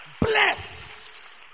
Bless